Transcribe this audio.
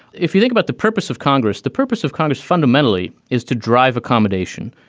if you think about the purpose of congress, the purpose of congress fundamentally is to drive accommodation,